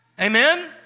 Amen